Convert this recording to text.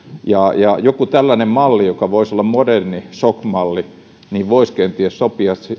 jokin tällainen malli joka voisi olla moderni shok malli voisi kenties sopia